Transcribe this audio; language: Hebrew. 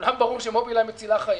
לכולם ברור שמוביליי מצילה חיים.